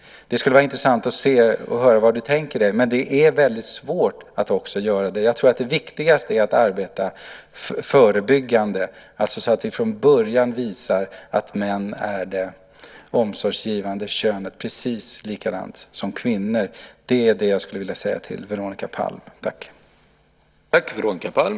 Det skulle vara intressant att höra vad du tänker dig. Det är väldigt svårt att göra det. Det viktigaste är att arbeta förebyggande så att vi från början visar att män är det omsorgsgivande könet likaväl som kvinnor är det. Det är vad jag skulle vilja säga till Veronica Palm.